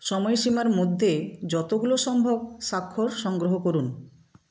সময়সীমার মধ্যে যতগুলো সম্ভব স্বাক্ষর সংগ্রহ করুন